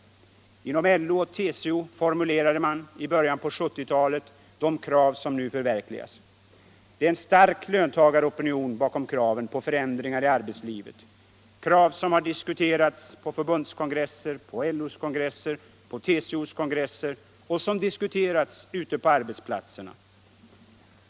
Inom LO och TCO formulerade man i början på 1970-talet de krav som nu förverkligas. Det är en stark löntagaropinion bakom kraven på förändringarna i arbetslivet. Det är krav som har diskuterats på förbundskongresser, på LO:s kongresser, på TCO:s kongresser och som diskuterats ute på arbetsplatserna.